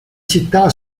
città